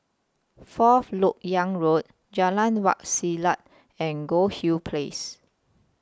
Fourth Lok Yang Road Jalan Wak Selat and Goldhill Place